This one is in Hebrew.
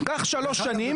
קח שלוש שנים